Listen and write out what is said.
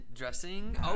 Dressing